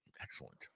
excellent